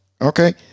Okay